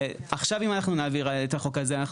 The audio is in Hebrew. עכשיו אם אנחנו נעביר את החוק הזה אנחנו